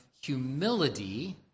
humility